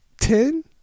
Ten